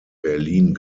berlin